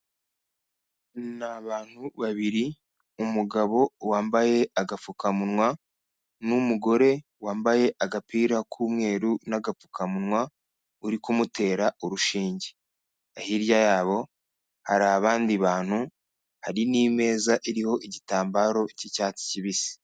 Ni abantu babiri, umugabo wambaye agapfukamunwa n'umugore wambaye agapira k'umweru n'agapfukamunwa uri kumutera urushinge, hirya yabo hari abandi bantu hari n'imeza iriho igitambaro cy'icyatsi kibisi.